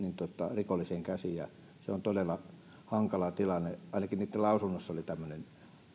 rikollisiin käsiin ja se on todella hankala tilanne ainakin heidän lausunnossaan oli tämmöinen